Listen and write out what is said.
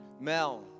Mel